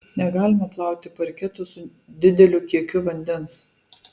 negalima plauti parketo su dideliu kiekiu vandens